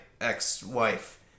ex-wife